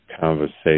conversation